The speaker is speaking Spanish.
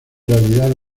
realidad